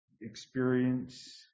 experience